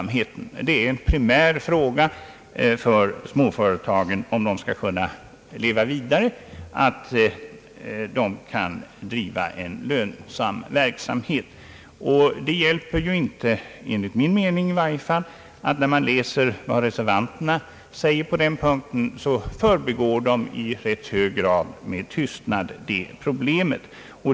Det är primärt för dessa, om de skall kunna leva vidare, att kunna driva en lönsam verksamhet. Det hjälper inte, i varje fall enligt min mening, att som reservanterna gör med tystnad förbigå detta problem.